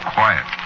Quiet